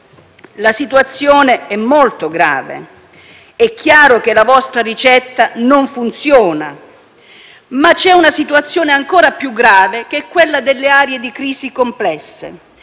la situazione è molto grave. È chiaro che la vostra ricetta non funziona. Ma c'è una situazione ancora più grave che è quella delle aree di crisi complessa.